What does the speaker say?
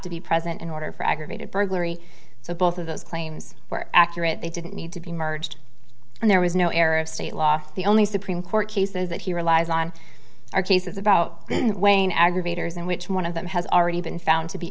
to be present in order for aggravated burglary so both of those claims were accurate they didn't need to be merged and there was no error of state law the only supreme court cases that he relies on are cases about wayne aggravators in which one of them has already been found to be